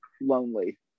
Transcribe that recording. lonely